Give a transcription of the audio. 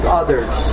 others